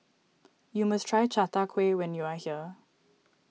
you must try Chai Tow Kway when you are here